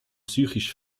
psychisch